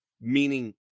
Meaning